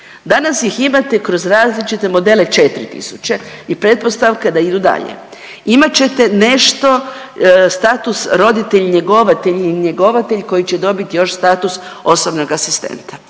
Danas ih imate kroz različite modele 4 tisuća i pretpostavka je da idu dalje. Imat ćete nešto status roditelj njegovatelj i njegovatelj koji će dobit još status osobnog asistenta,